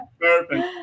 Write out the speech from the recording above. Perfect